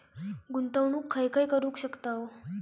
गुंतवणूक खय खय करू शकतव?